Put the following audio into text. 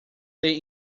ler